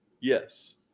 Yes